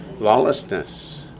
Lawlessness